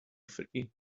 free